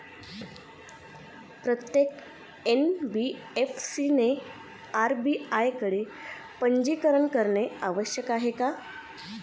प्रत्येक एन.बी.एफ.सी ने आर.बी.आय कडे पंजीकरण करणे आवश्यक आहे का?